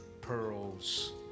pearls